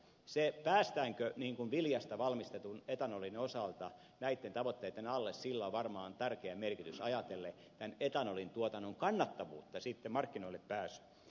sillä päästäänkö viljasta valmistetun etanolin osalta näitten tavoitteitten alle on varmaan tärkeä merkitys ajatellen tämän etanolin tuotannon kannattavuutta ja sitten markkinoille pääsyä